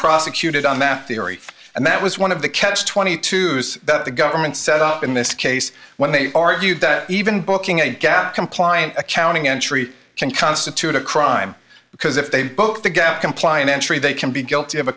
prosecuted on that theory and that was one of the catch twenty two that the government set up in this case when they argued that even booking a gap compliant accounting entry can constitute a crime because if they vote the gap compliant entry they can be guilty of a